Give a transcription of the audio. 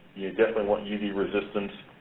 you definitely want uv resistance.